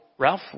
Ralph